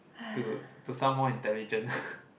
to to sound more intelligent